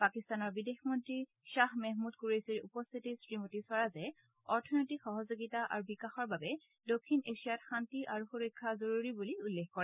পাকিস্তানৰ বিদেশ মন্ত্ৰী শ্বাহ মেহমুদ কুৰেশ্বীৰ উপস্থিতিত শ্ৰীমতী স্বৰাজে অৰ্থনৈতিক সহযোগিতা আৰু বিকাশৰ বাবে দক্ষিণ এছিয়াত শান্তি আৰু সুৰক্ষা জৰুৰী বুলি উল্লেখ কৰে